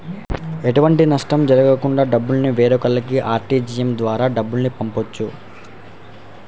ఎలాంటి నష్టం జరగకుండా డబ్బుని వేరొకల్లకి ఆర్టీజీయస్ ద్వారా డబ్బుల్ని పంపొచ్చు